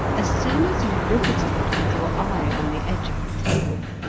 as soon as you look at it with your eye on the edge of the table,